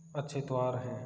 अच्छे त्यौहार हैं